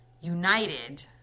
united